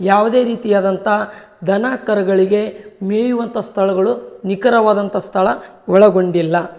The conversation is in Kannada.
ಯಾವುದೇ ರೀತಿಯಾದಂಥ ದನ ಕರುಗಳಿಗೆ ಮೇಯುವಂಥ ಸ್ಥಳಗಳು ನಿಖರವಾದಂಥ ಸ್ಥಳ ಒಳಗೊಂಡಿಲ್ಲ